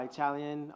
Italian